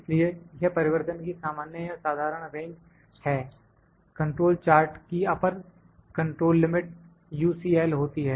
इसलिए यह परिवर्तन की सामान्य या साधारण रेंज है कंट्रोल चार्ट की अपर कंट्रोल लिमिट UCL होती है